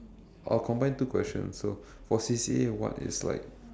I'll combine two questions so for C_C_A what is like